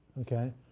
Okay